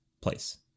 place